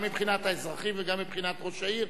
גם מבחינת האזרחים וגם מבחינת ראש העיר,